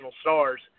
stars